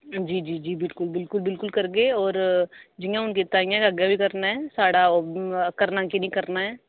जी जी जी बिल्कुल बिल्कुल बिल्कुल करगे और जि'यां हुन कीता उ'आं गै अग्गै बी करना ऐ साढ़ा करना की नीं करना ऐ